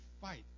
fight